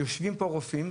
יושבים פה רופאים,